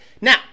Now